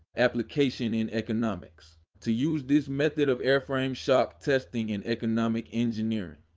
application in economics to use this method of airframe shock testing in economic engineering,